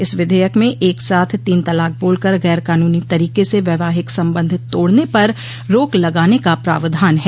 इस विधेयक में एक साथ तीन तलाक बोलकर गैर कानूनी तरीके से वैवाहिक संबंध तोड़ने पर रोक लगाने का प्रावधान है